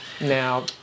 now